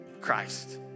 Christ